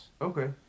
Okay